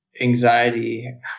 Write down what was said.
anxiety